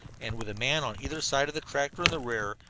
and, with a man on either side of the tractor in the rear,